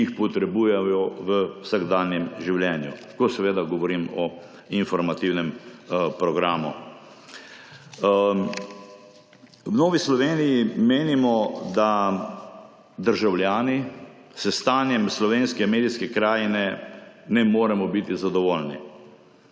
ki jih potrebujejo v vsakdanjem življenju. Seveda govorim o informativnem programu. V Novi Sloveniji menimo, da državljani s stanjem slovenske medijske krajine ne moremo biti zadovoljni.